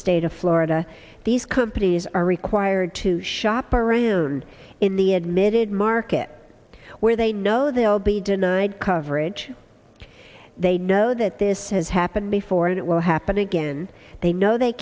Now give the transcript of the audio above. state of florida these companies are required to shop around in the admitted market where they know they'll be denied coverage they know that this has happened before and it will happen again they know they